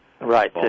Right